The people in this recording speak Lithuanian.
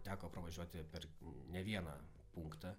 teko pravažiuoti per ne vieną punktą